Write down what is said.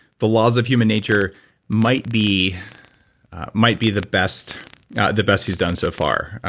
the laws of human nature might be might be the best the best he's done so far,